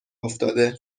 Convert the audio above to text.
افتاده